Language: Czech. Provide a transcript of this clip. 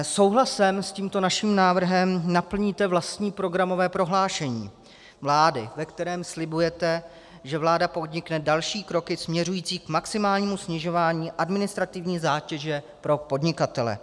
Souhlasem s tímto naším návrhem naplníte vlastní programové prohlášení vlády, ve kterém slibujete, že vláda podnikne další kroky směřující k maximálnímu snižování administrativní zátěže pro podnikatele.